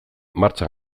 martxan